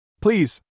please